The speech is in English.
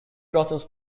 crosses